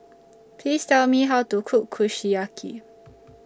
Please Tell Me How to Cook Kushiyaki